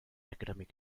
academic